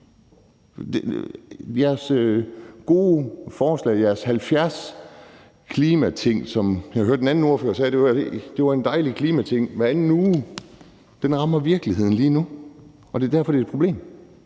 Jeres gode forslag, jeres 70-procentsreduktionsmål, som jeg hørte en anden ordfører sige var en dejlig klimating hver anden uge, rammer virkeligheden lige nu, og det er derfor, det er et problem.